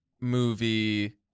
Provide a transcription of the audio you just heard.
movie